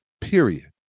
period